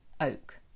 Oak